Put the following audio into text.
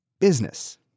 business